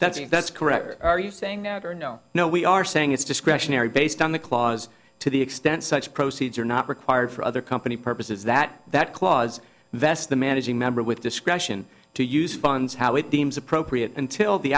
that's it that's correct or are you saying no no we are saying it's discretionary based on the clause to the extent such proceeds are not required for other company purposes that that clause vests the managing member with discretion to use funds how it deems appropriate until the